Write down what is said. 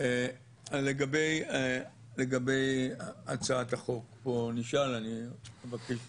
לגבי הצעת החוק, אני מבקש